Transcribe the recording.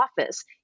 office